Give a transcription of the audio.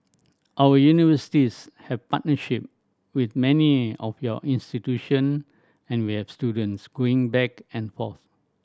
our universities have partnership with many of your institution and we have students going back and forth